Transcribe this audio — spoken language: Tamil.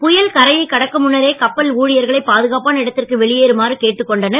புயல் கரையை கடக்கும் முன்னரே கப்பல் ஊழியர்கள் பாதுகாப்பான இடத்திற்கு வெளியேறுமாறு கேட்டுக் கொள்ளப்பட்டனர்